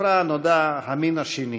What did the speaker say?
בספרה הנודע "המין השני",